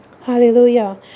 Hallelujah